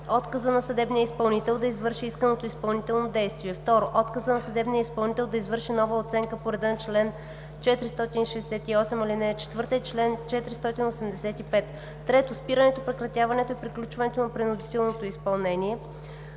отказа на съдебния изпълнител да извърши исканото изпълнително действие; 2. отказа на съдебния изпълнител да извърши нова оценка по реда на чл. 468, ал. 4 и чл. 485; 3. спирането, прекратяването и приключването на принудителното изпълнение.